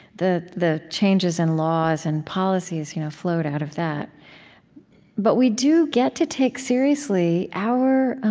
the the changes in laws and policies you know float out of that but we do get to take seriously our